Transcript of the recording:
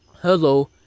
Hello